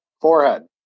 forehead